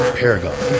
paragon